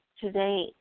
today